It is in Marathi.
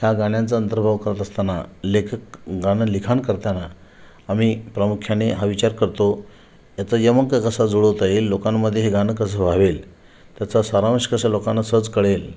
ह्या गाण्यांचा अंतर्भाव करत असताना लेखक गाणं लिखाण करताना आम्ही प्रमुख्याने हा विचार करतो याचं यमक कसं जुळवता येईल लोकांमध्ये हे गाणं कसं भावेल त्याचा सारांश कसा लोकांना सहज कळेल